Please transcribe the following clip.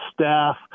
staff